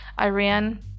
Iran